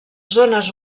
zones